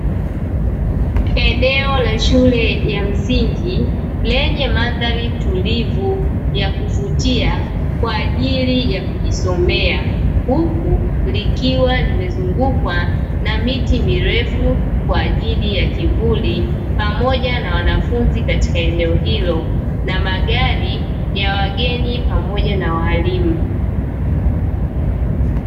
Eneo la shule ya msingi lenye mandhari tulivu ya kuvutia, kwa ajili ya kujisomea. Huku likiwa limezungukwa na miti mirefu kwa ajili ya kivuli pamoja na wanafunzi katika eneo hilo, na magari ya wageni pamoja na walimu.